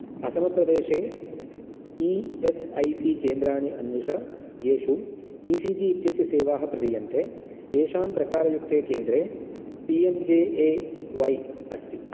असमप्रदेशे E S I C केन्द्राणि अन्विष येषु ई सी जी इत्यस्य सेवाः प्रदीयन्ते येषां प्रकारयुक्ते केन्द्रे P M J A Y अस्ति